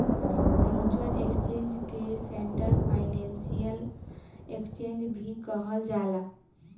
future exchange के central financial exchange भी कहल जाला